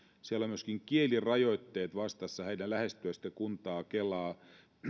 siellä ovat myöskin kielirajoitteet vastassa heidän lähestyä sitä kuntaa kelaa